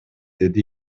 деди